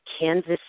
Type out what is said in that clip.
Kansas